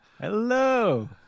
hello